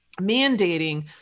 mandating